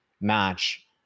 match